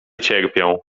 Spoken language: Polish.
cierpią